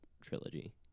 trilogy